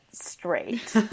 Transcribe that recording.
straight